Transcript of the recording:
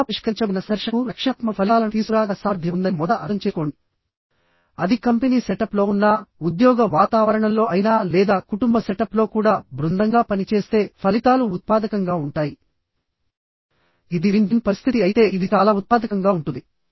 బాగా పరిష్కరించబడిన సంఘర్షణకు రక్షణాత్మక ఫలితాలను తీసుకురాగల సామర్థ్యం ఉందని మొదట అర్థం చేసుకోండి అది కంపెనీ సెటప్లో ఉన్నా ఉద్యోగ వాతావరణంలో అయినా లేదా కుటుంబ సెటప్లో కూడా బృందంగా పని చేస్తే ఫలితాలు ఉత్పాదకంగా ఉంటాయి ఇది విన్ విన్ పరిస్థితి అయితే ఇది చాలా ఉత్పాదకంగా ఉంటుంది